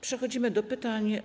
Przechodzimy do pytań.